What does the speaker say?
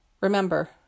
Remember